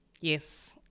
Yes